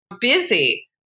busy